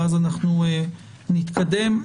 ואז נתקדם.